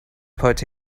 put